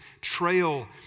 trail